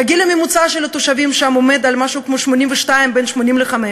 שהגיל הממוצע של התושבים שם הוא משהו בין 82 ל-85,